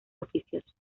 oficios